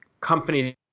companies